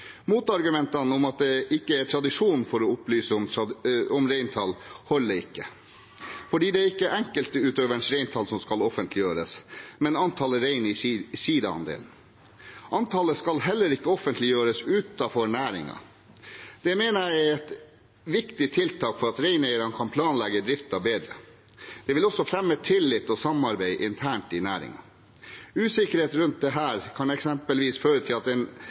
Motargumentet om at det ikke er tradisjon for å opplyse om reintall, holder ikke, fordi det ikke er enkeltutøveres reintall som skal offentliggjøres, men antallet rein i sidaandelen. Antallet skal heller ikke offentliggjøres utenfor næringen. Dette mener jeg er et viktig tiltak for at reineierne kan planlegge driften bedre. Det vil også fremme tillit og samarbeid internt i næringen. Usikkerhet rundt dette kan eksempelvis føre til at en